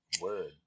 Word